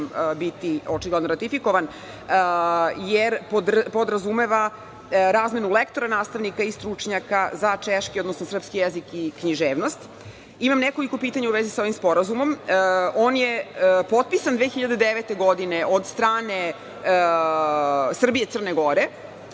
biti očigledno ratifikovan, jer podrazumeva razmenu lektora, nastavnika i stručnjaka za češki, odnosno srpski jezik i književnost. Imam nekoliko pitanja u vezi sa ovim sporazumom. On je potpisan 2009. godine od strane Srbije i Crne Gore